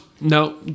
no